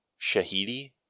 Shahidi